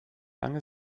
lange